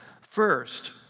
First